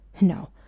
No